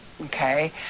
okay